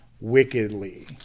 wickedly